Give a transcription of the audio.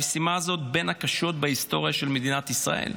המשימה הזאת היא בין הקשות בהיסטוריה של מדינת ישראל.